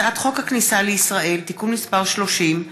הצעת חוק הכניסה לישראל (תיקון מס' 30)